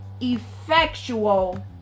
effectual